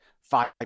five